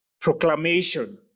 proclamation